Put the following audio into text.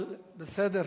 אבל בסדר.